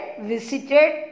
visited